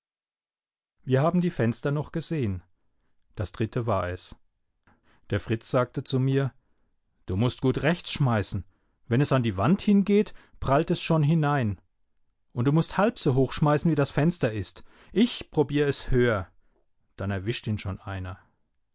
wir haben die fenster noch gesehen das dritte war es der fritz sagte zu mir du mußt gut rechts schmeißen wenn es an die wand hingeht prallt es schon hinein und du mußt halb so hoch schmeißen wie das fenster ist ich probier es höher dann erwischt ihn schon einer